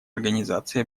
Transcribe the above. организации